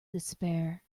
despair